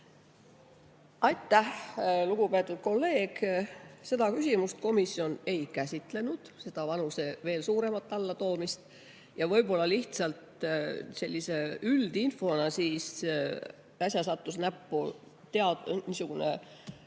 Aitäh, lugupeetud kolleeg! Seda küsimust komisjon ei käsitlenud, vanuse veel suuremat allatoomist. Ja võib-olla lihtsalt sellise üldinfona ütlen, et äsja sattus mulle näppu niisugune